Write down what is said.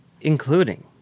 Including